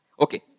Okay